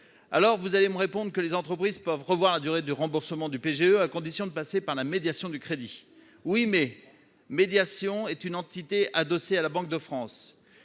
alors vous allez me répondent que les entreprises peuvent revoir la durée de remboursement du PGE, à condition de passer par la médiation du crédit oui mais médiation est une entité adossée à la Banque de France,